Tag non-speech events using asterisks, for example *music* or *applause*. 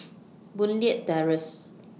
*noise* Boon Leat Terrace